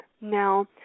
now